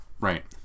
Right